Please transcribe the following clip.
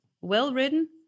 well-written